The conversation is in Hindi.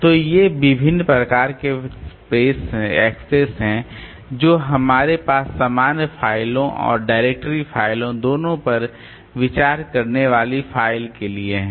तो ये विभिन्न प्रकार के एक्सेस हैं जो हमारे पास सामान्य फ़ाइलों और डायरेक्टरी फ़ाइलों दोनों पर विचार करने वाली फ़ाइल के लिए हैं